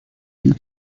you